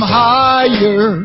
higher